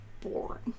boring